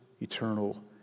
eternal